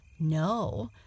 No